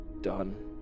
done